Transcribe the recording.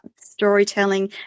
storytelling